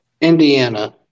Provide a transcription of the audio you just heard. Indiana